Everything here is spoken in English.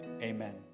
amen